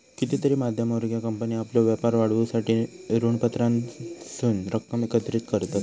कितीतरी मध्यम वर्गीय कंपनी आपलो व्यापार वाढवूसाठी ऋणपत्रांपासून रक्कम एकत्रित करतत